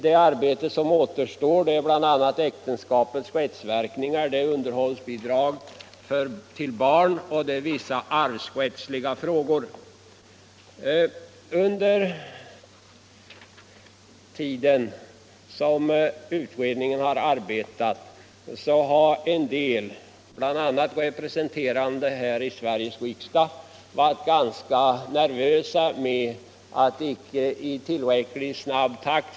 Det arbete som återstår för utredningen gäller bl.a. äktenskapets rättsverkningar, underhållsbidrag till barn samt vissa arvsrättsliga frågor. Under tiden som utredningen arbetat har det på sina håll, även bland riksdagsledamöter, uppstått viss nervositet över att förslag inte har kommit fram i tillräckligt snabb takt.